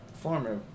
former